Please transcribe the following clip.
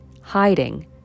hiding